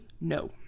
No